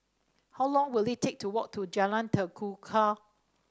how long will it take to walk to Jalan Tekukor